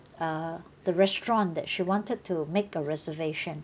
uh the restaurant that she wanted to make a reservation